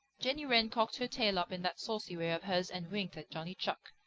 jenny wren cocked her tail up in that saucy way of hers and winked at johnny chuck.